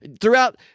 throughout